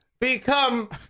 become